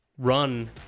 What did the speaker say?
run